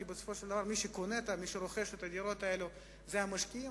כי מי שרוכש את הדירות האלה זה המשקיעים,